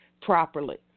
properly